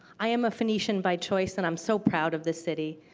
i'm a phoenixan by choice. and i'm so proud of this city.